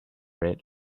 red